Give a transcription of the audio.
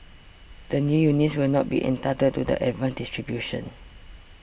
the new units will not be entitled to the advanced distribution